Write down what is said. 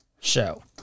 Show